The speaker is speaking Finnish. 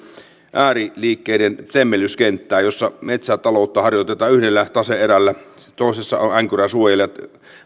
ääriliikkeiden temmellyskenttään jossa metsätaloutta harjoitetaan yhdellä tase erällä toisessa änkyräsuojelijat